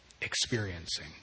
experiencing